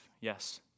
Yes